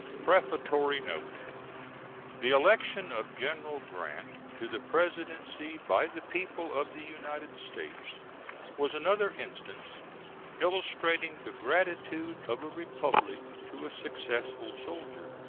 prefatory note the election of general grant to the presidency by the people of the united states was another instance illustrating the gratitude of a republic to a successful soldier.